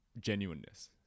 genuineness